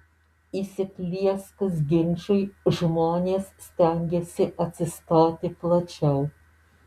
įsiplieskus ginčui žmonės stengiasi atsistoti plačiau